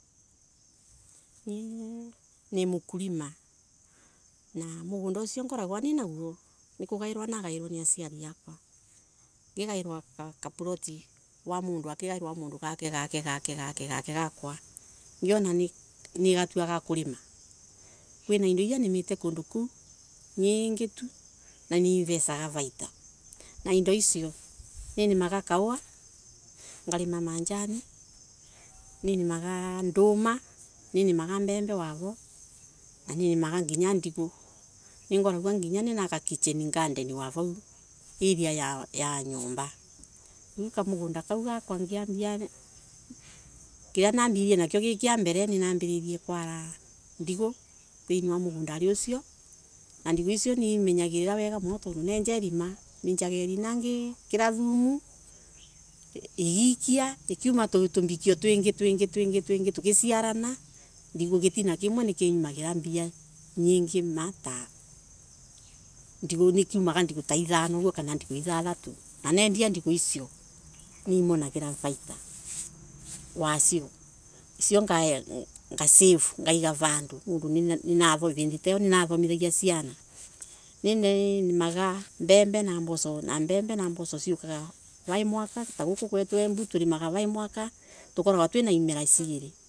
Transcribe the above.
Nie ni mkulima na mugunda usio ngoragwa ninaguo ni kugairwa na gairwe ni aciari akwa ngigairwa kaploti wa mundu gake gake gakwa ngiona nigatu kaa kulima indo nyingi kuo n ani ivesaga vaita na indo icio nini maga kahowa ngalima majani, ninemaga njuma mbembe wavo na nginya ndigo ningoragwa nina ga kitchen garden area ya nyomba riu kamugunda kau gakwa ngiambia kira nambililie nakio ninaambililie kwara ndigo thiini wa mugunda usio na ndigo nimenyagirira thini mugunda ucio tondo nenja irima ngikira thumu ndigo gitina kimwe ni kiumaga mbia nyingi ta ithano uguo kana ithathatu na nendia ndigu icio niimonagira vata wacio icio ngasave ta vidi io ninathomithagia ciana ninemaga mbembe na mboco na mbembe na mboco ta guku gwetu embu turimaga vai mwakwa tukoragwa na imela ciiri.